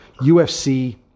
UFC